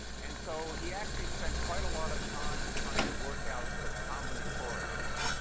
and so he actually spent quite a lot of time trying to work out the combinatorics,